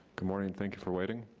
good morning, thank you for waiting.